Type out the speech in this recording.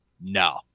no